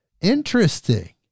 Interesting